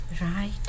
Right